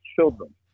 children